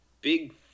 big